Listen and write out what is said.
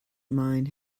mine